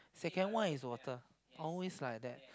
second one is water always is like that